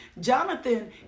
Jonathan